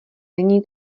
není